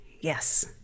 yes